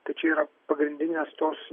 tai čia yra pagrindinės tos